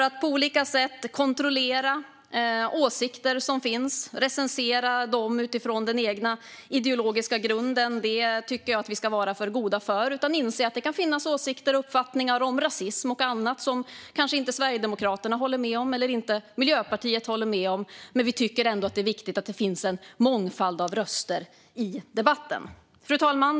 Att på olika sätt kontrollera åsikter som finns och recensera dem utifrån den egna ideologiska grunden tycker jag att vi ska vara för goda för. Vi bör inse att det kan finnas åsikter och uppfattningar om rasism och annat som Sverigedemokraterna eller Miljöpartiet kanske inte håller med om. Vi tycker ändå att det är viktigt att det finns en mångfald av röster i debatten. Fru talman!